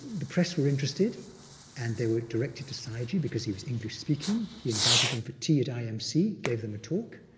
the press were interested and they were directed to sayagyi because he was english-speaking. he invited them for tea at imc, gave them a talk.